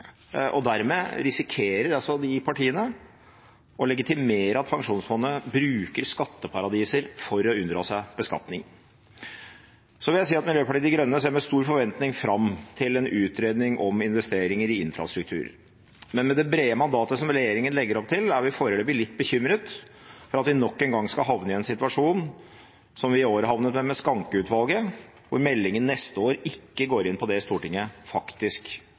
og dermed risikerer altså de partiene å legitimere at pensjonsfondet bruker skatteparadiser for å unndra seg beskatning. Så vil jeg si at Miljøpartiet De Grønne med stor forventning ser fram til en utredning om investeringer i infrastruktur. Men med det brede mandatet som regjeringen legger opp til, er vi foreløpig litt bekymret for at vi nok en gang skal havne i en situasjon som den vi havnet i i år med Skancke-utvalget, slik at meldingen neste